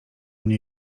mnie